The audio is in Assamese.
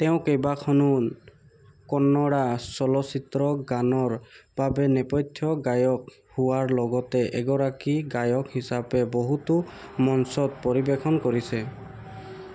তেওঁ কেইবাখনো কন্নড়া চলচ্চিত্ৰ গানৰ বাবে নেপথ্য গায়ক হোৱাৰ লগতে এগৰাকী গায়ক হিচাপে বহুতো মঞ্চত পৰিৱেশন কৰিছে